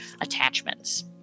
attachments